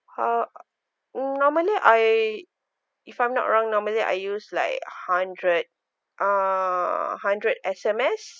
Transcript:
uh normally I if I'm not wrong normally I use like hundred err hundred S_M_S